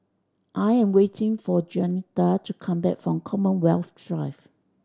I am waiting for Juanita to come back from Commonwealth Drive